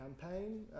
campaign